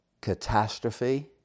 catastrophe